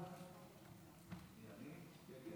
מי, אני?